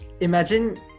imagine